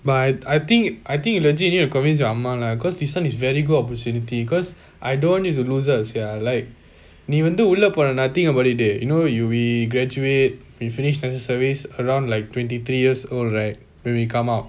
but I think I think you legit need to convince your அம்மா:amma lah cause this one is very good opportunity cause I don't it's a loser sia like நீ வந்து உள்ள பொன்னேன:nee vanthu ulla ponnaenna think about it dey you know we graduate we finished national service around like twenty three years old right when we come out